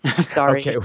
Sorry